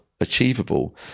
achievable